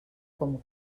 com